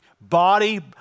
body